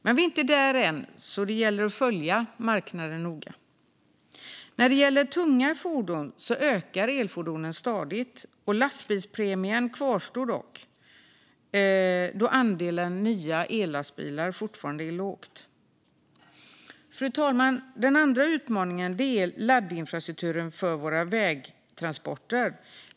Men vi är inte där än, så det gäller att följa marknaden noga. När det gäller tunga fordon ökar antalet elfordon stadigt. Lastbilspremien kvarstår dock då andelen nya ellastbilar fortfarande är låg. Fru talman! Den andra utmaningen är laddinfrastrukturen för våra vägtransporter.